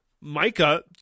Micah